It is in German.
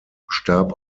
starb